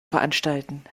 veranstalten